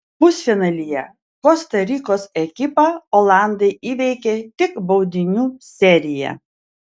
pusfinalyje kosta rikos ekipą olandai įveikė tik baudinių serija